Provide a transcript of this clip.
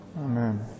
Amen